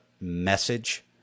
message